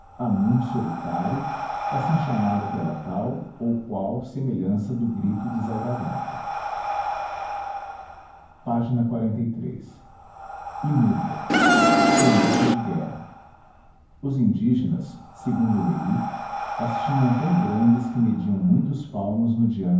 anum solitário assim chamado pela tal ou qual semelhança do grito desagradável ág núbia rombeta de guerra os indígenas segundo lery as tinham tão grandes que mediam muitos palmos no